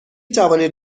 توانید